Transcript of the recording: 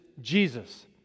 Jesus